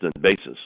basis